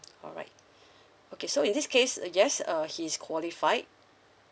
alright okay so in this case yes err he's qualified